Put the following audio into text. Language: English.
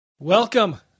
Welcome